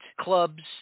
clubs